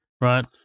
right